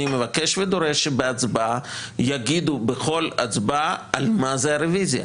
אני מבקש ודורש שבהצבעה יגידו בכל הצבעה על מה הרוויזיה,